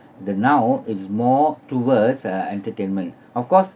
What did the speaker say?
the now is more towards uh entertainment of course